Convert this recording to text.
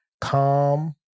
Calm